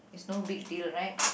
is no big deal right